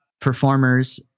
performers